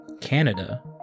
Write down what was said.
Canada